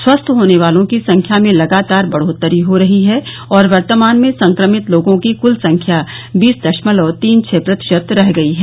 स्वस्थ होने वालों की संख्या में लगातार बढ़ोतरी हो रही है और वर्तमान में संक्रमित लोगों की क्ल संख्या बीस दशमलव तीन छह प्रतिशत रह गई हैं